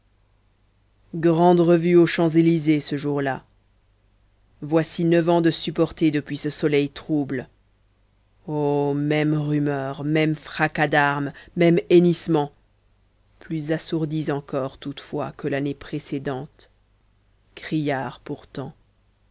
grande revue aux champs-élysées ce jour-là voici neuf ans de supportés depuis ce soleil trouble oh mêmes rumeurs mêmes fracas d'armes mêmes hennissements plus assourdis encore toutefois que l'année précédente criards pourtant